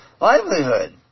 livelihood